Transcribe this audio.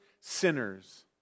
sinners